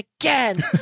again